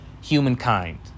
humankind